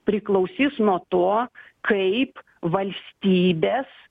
priklausys nuo to kaip valstybės